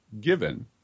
given